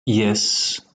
yes